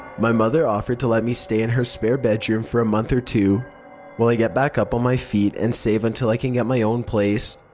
my mother offered to let me stay in her spare bedroom for a month or two while i get back up on my feet and save and till i can get my own place.